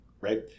right